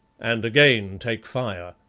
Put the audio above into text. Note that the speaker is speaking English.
and again take fire.